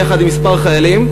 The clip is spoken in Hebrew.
יחד עם כמה חיילים,